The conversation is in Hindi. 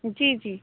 जी जी